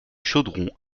chaudron